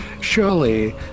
Surely